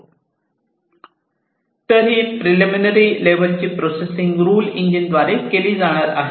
तर ही प्रेलिमिनारी लेव्हलची प्रोसेसिंग रुल इंजिनद्वारे केली जाणार आहे